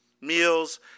Meals